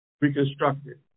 reconstructed